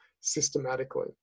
systematically